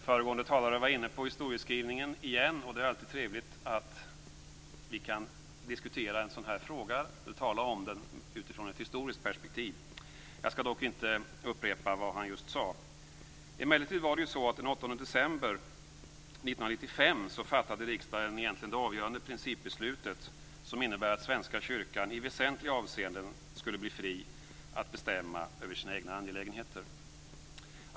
Föregående talare var inne på historieskrivningen igen, och det är alltid trevligt att vi kan diskutera en sådan fråga utifrån ett historiskt perspektiv. Jag skall dock inte upprepa vad han just sade. Emellertid var det egentligen så, att riksdagen den 8 december 1995 fattade det avgörande principbeslutet, som innebar att Svenska kyrkan i väsentliga avseenden skulle bli fri att bestämma över sina egna angelägenheter.